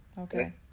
Okay